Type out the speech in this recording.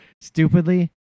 Stupidly